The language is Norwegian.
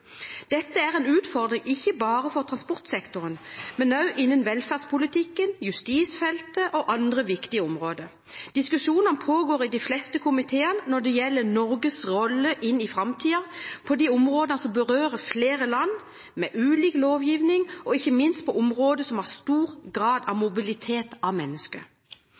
Dette er en utfordring ikke bare for transportsektoren, men også for velferdspolitikken, justisfeltet og andre viktige områder. Diskusjonene pågår i de fleste komiteene når det gjelder Norges rolle i framtiden på de områdene som berører flere land med ulik lovgivning, og, ikke minst, på områder som har stor grad av mobilitet av mennesker.